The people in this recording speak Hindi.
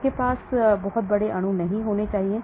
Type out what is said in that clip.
आपके पास बहुत बड़े अणु नहीं हो सकते